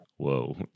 whoa